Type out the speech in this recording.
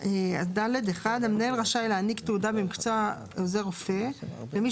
(ד)(1) המנהל רשאי להעניק תעודה במקצוע עוזר רופא למי